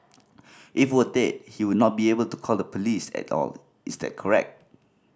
if were dead he would not be able to call the police at all is that correct